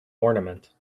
ornament